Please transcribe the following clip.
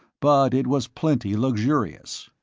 but it was plenty luxurious.